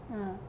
uh